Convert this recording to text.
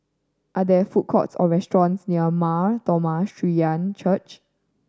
are there food courts or restaurants near Mar Thoma Syrian Church